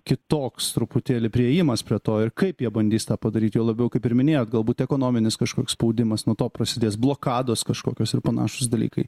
kitoks truputėlį priėjimas prie to ir kaip jie bandys tą padaryt juo labiau kaip ir minėjot galbūt ekonominis kažkoks spaudimas nuo to prasidės blokados kažkokios ir panašūs dalykai